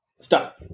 stop